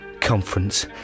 conference